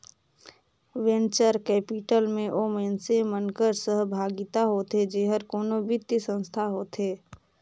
venture capital में ओ मइनसे मन कर सहभागिता होथे जेहर कोनो बित्तीय संस्था होथे